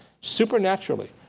supernaturally